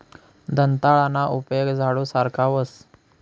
दंताळाना उपेग झाडू सारखा व्हस